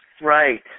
Right